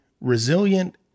resilient